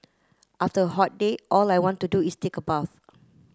after a hot day all I want to do is take a bath